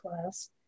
class